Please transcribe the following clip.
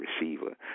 receiver